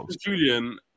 Julian